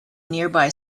nearby